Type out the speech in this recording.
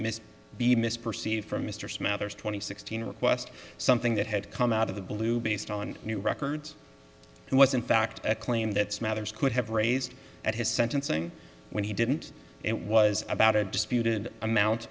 miss be misperceived from mr smathers twenty sixteen request something that had come out of the blue based on new records and was in fact a claim that matters could have raised at his sentencing when he didn't it was about a disputed amount